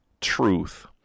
truth